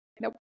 nope